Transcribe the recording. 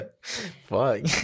Fuck